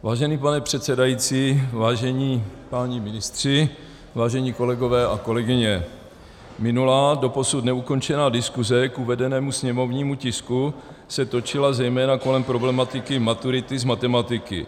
Vážený pane předsedající, vážení páni ministři, vážení kolegové a kolegyně, minulá doposud neukončená diskuze k uvedenému sněmovnímu tisku se točila zejména kolem problematiky maturity z matematiky.